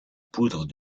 poudre